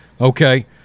Okay